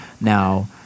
now